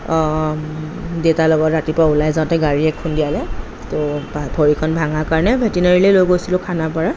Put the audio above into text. দেউতাৰ লগত ৰাতিপুৱা ওলাই যাওঁতে গাড়ীয়ে খুন্দিয়ালে তৌ ভৰিখন ভঙা কাৰণে ভেটেনেৰীলৈ লৈ গৈছিলো খানাপাৰাৰ